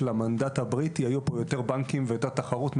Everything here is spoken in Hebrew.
המנדט הבריטי היו פה יותר בנקים והייתה תחרות,